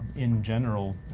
in general,